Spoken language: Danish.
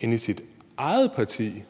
inden for ens eget parti